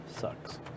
sucks